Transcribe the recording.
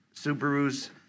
Subarus